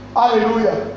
hallelujah